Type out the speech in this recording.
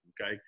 okay